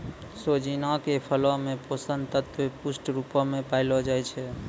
सोजिना के फरो मे पोषक तत्व पुष्ट रुपो मे पायलो जाय छै